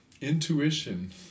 Intuition